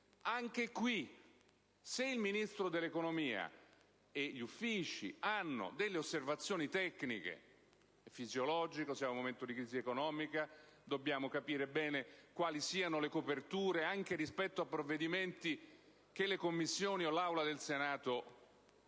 anche qui che se il Ministro dell'economia e gli uffici preposti hanno delle osservazioni tecniche - è fisiologico che in un momento di crisi economica come l'attuale dobbiamo capire bene quali siano le coperture, anche rispetto a provvedimenti che le Commissioni o l'Aula del Senato modificano